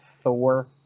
thor